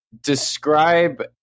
describe